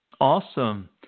Awesome